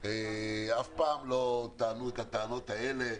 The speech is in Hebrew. אף פעם לא טענו את הטענות האלה,